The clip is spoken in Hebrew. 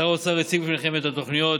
שר האוצר הציג בפניכם את התוכניות